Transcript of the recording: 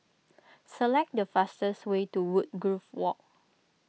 select the fastest way to Woodgrove Walk